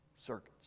Circuits